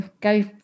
go